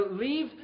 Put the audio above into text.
Leave